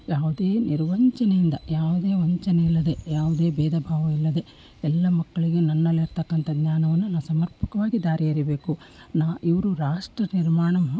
ಯಾವುದೇ ನಿರ್ವಂಚನೆಯಿಂದ ಯಾವುದೇ ವಂಚನೆ ಇಲ್ಲದೇ ಯಾವುದೇ ಭೇದ ಭಾವ ಇಲ್ಲದೇ ಎಲ್ಲ ಮಕ್ಕಳಿಗೆ ನನ್ನಲ್ಲಿರ್ತಕ್ಕಂಥ ಜ್ಞಾನವನ್ನು ನಾ ಸಮರ್ಪಕವಾಗಿ ಧಾರೆ ಎರೀಬೇಕು ನಾ ಇವರು ರಾಷ್ಟ್ರ ನಿರ್ಮಾಣ